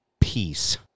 Peace